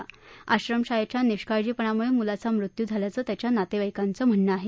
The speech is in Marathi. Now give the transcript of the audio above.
या आश्रमशाळेच्या निष्काळजी पणामुळे या मुलाचा मृत्यू झाल्याचं त्याच्या नातेवाईकांचं म्हणणं आहे